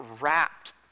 wrapped